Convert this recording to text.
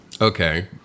okay